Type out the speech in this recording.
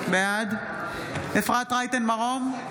בעד אפרת רייטן מרום,